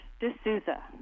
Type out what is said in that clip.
D'Souza